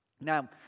Now